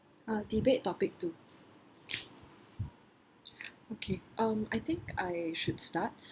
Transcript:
um debate topic two okay um I think I should start